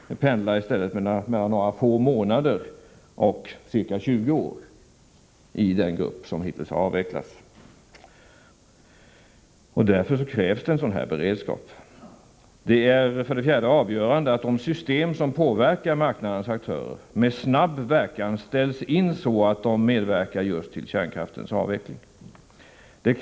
Tiden pendlar i stället mellan några få månader och ca 20 år. Därför krävs en beredskap. 4. Det är avgörande att de system som påverkar marknadens aktörer med snabb verkan ställs in på att de medverkar till kärnkraftens avveckling. 5.